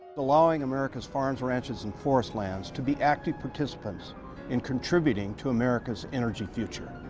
allowing america's farms, ranches and forest lands to be active participants in contributing to america's energy future.